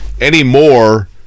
Anymore